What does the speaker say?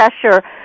pressure